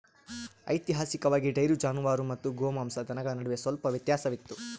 ಐತಿಹಾಸಿಕವಾಗಿ, ಡೈರಿ ಜಾನುವಾರು ಮತ್ತು ಗೋಮಾಂಸ ದನಗಳ ನಡುವೆ ಸ್ವಲ್ಪ ವ್ಯತ್ಯಾಸವಿತ್ತು